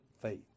faith